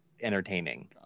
entertaining